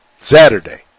Saturday